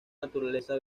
naturaleza